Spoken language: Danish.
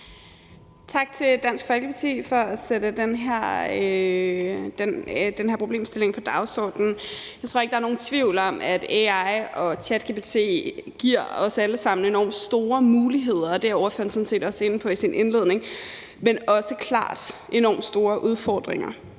tak til Dansk Folkeparti for at sætte den her problemstilling på dagsordenen. Jeg tror ikke, der er nogen tvivl om, at AI og ChatGPT giver os alle sammen enormt store muligheder, og det var ordføreren sådan set også inde på i sin indledning, men også klart enormt store udfordringer.